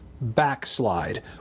backslide